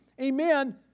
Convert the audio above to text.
amen